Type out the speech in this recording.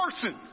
person